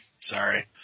Sorry